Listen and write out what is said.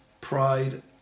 pride